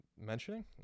mentioning